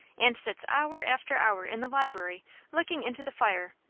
and sits hour after hour in the library looking into the fire,